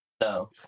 No